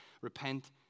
Repent